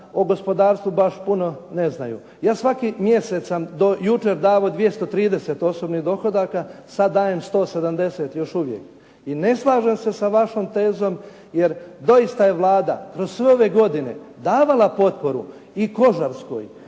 o gospodarstvu baš puno ne znaju. Ja svaki mjesec sam do jučer davao 230 osobni dohodaka, sada dajem 170 još uvijek. I ne slažem se s vašom tezom. Jer dosita je Vlada kroz sve ove godine davala potporu i kožarskoj